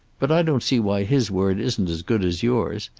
but i don't see why his word isn't as good as yours.